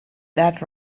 that